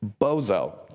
bozo